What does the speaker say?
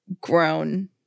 grown